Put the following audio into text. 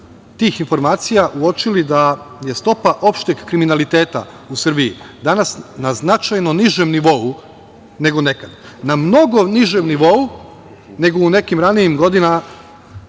tih informacija uočili da je stopa opšteg kriminaliteta u Srbiji danas na značajno nižem nivou nego nekad, na mnogo nižem nivou nego u nekim ranijim godinama,